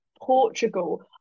Portugal